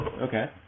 Okay